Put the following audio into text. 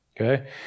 okay